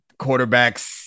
quarterbacks